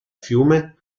fiume